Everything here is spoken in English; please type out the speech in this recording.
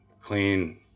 clean